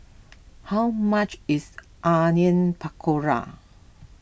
how much is Onion Pakora